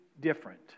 different